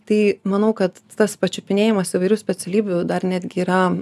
tai manau kad tas pačiupinėjimas įvairių specialybių dar netgi yra